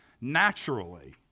naturally